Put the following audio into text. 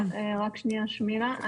רק שנייה שמילה.